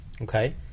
Okay